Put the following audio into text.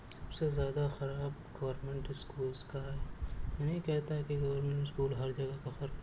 سب سے زیادہ خراب گورمینٹ اسکولس کا ہے میں نہیں کہتا کہ گورمینٹ اسکول ہر جگہ کا خراب ہے